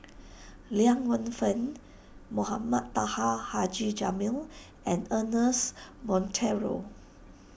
Liang Wenfu Mohamed Taha Haji Jamil and Ernest Monteiro